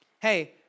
Hey